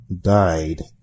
died